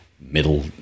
middle